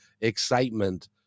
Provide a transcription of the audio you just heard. excitement